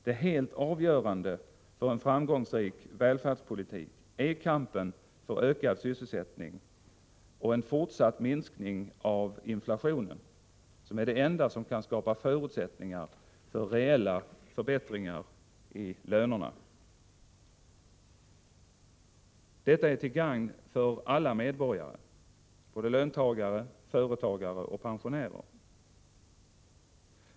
Det helt avgörande för en framgångsrik välfärdspolitik är kampen för ökad sysselsättning och en fortsatt minskning av inflationen. Det är det enda som kan skapa förutsättningar för reella förbättringar av lönerna. Detta är till gagn för alla medborgare — både löntagare, företagare och pensionärer.